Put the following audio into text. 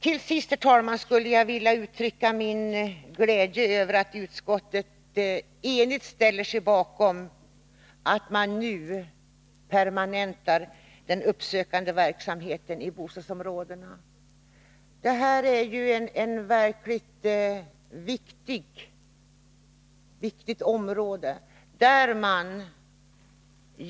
Till sist, herr talman, skulle jag vilja uttrycka min glädje över att utskottet enigt ställt sig bakom förslaget att nu permanenta den uppsökande verksamheten i bostadsområdena. Det här är ju ett mycket viktigt område.